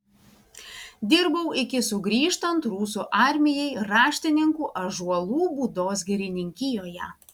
dirbau iki sugrįžtant rusų armijai raštininku ąžuolų būdos girininkijoje